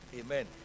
Amen